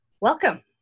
Welcome